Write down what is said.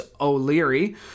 O'Leary